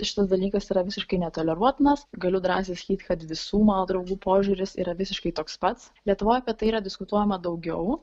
šitas dalykas yra visiškai netoleruotinas galiu drąsiai sakyt kad visų mano draugų požiūris yra visiškai toks pats lietuvoj apie tai yra diskutuojama daugiau